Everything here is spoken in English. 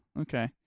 okay